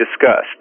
discussed